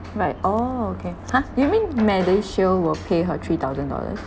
right oh okay !huh! you mean MediShield will pay her three thousand dollars